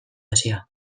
hazia